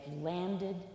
landed